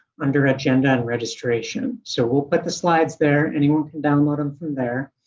under agenda and registration, so will put the slides there. anyone can download them from there